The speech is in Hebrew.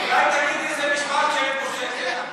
אולי תגידי איזה משפט שאין בו שקר?